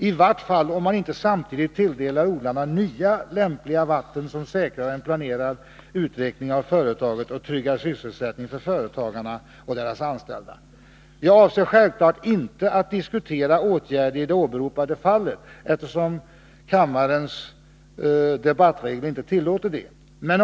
I varje fall borde man samtidigt tilldela odlarna nya lämpliga vatten som säkrar en planerad utveckling av företaget och tryggar sysselsättningen för företagarna och deras anställda. Jag avser självfallet inte att diskutera åtgärder i det åberopade fallet, eftersom kammarens debattregler inte tillåter detta.